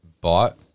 bought